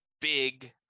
big